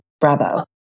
bravo